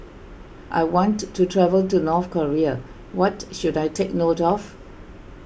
I want to travel to North Korea what should I take note of